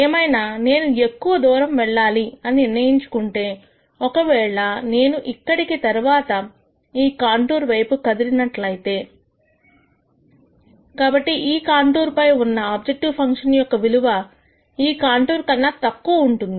ఏమైనా నేను ఎక్కువ దూరం వెళ్లాలి అని నిర్ణయించుకుంటే ఒకవేళ నేను ఇక్కడికి తరువాత ఈ కాంటూర్ వైపు కదిలి నట్లయితే కాబట్టి ఈ కాంటూర్ పై ఉన్న ఆబ్జెక్టివ్ ఫంక్షన్ యొక్క విలువ ఈ కాంటూర్ కన్నా తక్కువ ఉంటుంది